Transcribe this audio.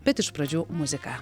bet iš pradžių muzika